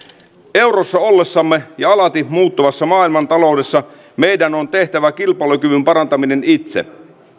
eurossa ollessamme ja alati muuttuvassa maailmantaloudessa meidän on tehtävä kilpailukyvyn parantaminen itse